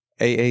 AA